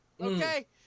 Okay